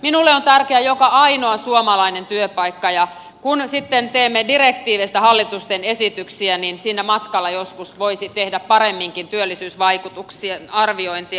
minulle on tärkeä joka ainoa suomalainen työpaikka ja kun sitten teemme direktiiveistä hallituksen esityksiä niin siinä matkalla joskus voisi tehdä paremminkin työllisyysvaikutuksien arviointia